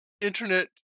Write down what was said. Internet